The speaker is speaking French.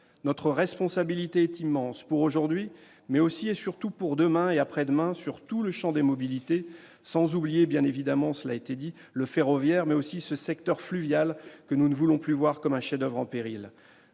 Notre responsabilité est immense, pour aujourd'hui, mais aussi et surtout pour demain et après-demain, dans tout le champ des mobilités, sans oublier- cela a été dit -le ferroviaire ou encore le secteur fluvial, que nous ne voulons plus voir comme un chef-d'oeuvre en péril.